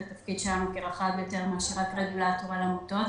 התפקיד שלו כרחב יותר מאשר רק רגולטור על העמותות.